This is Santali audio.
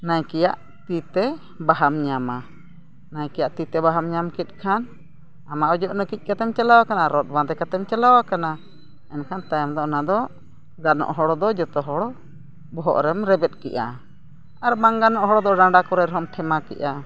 ᱱᱟᱭᱠᱮᱭᱟᱜ ᱛᱤᱛᱮ ᱵᱟᱦᱟᱢ ᱧᱟᱢᱟ ᱱᱟᱭᱠᱮᱭᱟᱜ ᱛᱤᱛᱮ ᱵᱟᱦᱟᱢ ᱧᱟᱢᱠᱮᱫ ᱠᱷᱟᱱ ᱟᱢ ᱢᱟ ᱚᱡᱚᱜ ᱱᱟᱹᱠᱤᱡ ᱠᱟᱛᱮᱢ ᱪᱟᱞᱟᱣ ᱟᱠᱟᱱ ᱨᱚᱸᱫ ᱵᱟᱸᱫᱮ ᱠᱟᱛᱮᱫ ᱮᱢ ᱪᱟᱞᱟᱣ ᱟᱠᱟᱱᱟ ᱮᱱᱠᱷᱟᱱ ᱛᱟᱭᱚᱢ ᱫᱚ ᱚᱱᱟ ᱫᱚ ᱜᱟᱱᱚᱜ ᱦᱚᱲ ᱫᱚ ᱡᱚᱛᱚ ᱦᱚᱲ ᱵᱚᱦᱚᱜ ᱨᱮᱢ ᱨᱮᱵᱮᱫ ᱠᱮᱜᱼᱟ ᱟᱨ ᱵᱟᱝ ᱜᱟᱱᱚᱜ ᱦᱚᱲ ᱫᱚ ᱰᱟᱸᱰᱟ ᱠᱚᱨᱮ ᱨᱮᱦᱚᱢ ᱴᱷᱮᱢᱟ ᱠᱮᱜᱼᱟ